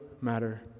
matter